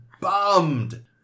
bummed